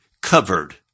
covered